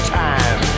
time